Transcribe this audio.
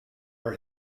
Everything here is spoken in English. are